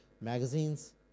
magazines